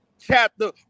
chapter